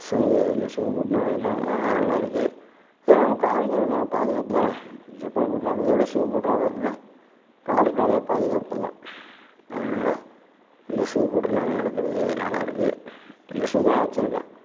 shoe இந்த shoe போட்டுட்டு நல்லா இருக்குது அதே மாதிரி காலுக்கு ஒரு வகையான பாதுகாப்புதானே செப்பல் போட்டு நடக்கிறத விட ஷூ போட்டு நடக்கிறது காலுக்கு நிறைய பாதுகாப்புதான் அதனால இந்த ஷூ போட்டு நாங்கள் நடக்கிறது நல்லா இருக்குது இந்த ஷூ தான் வச்சிருக்கேன்